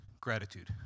gratitude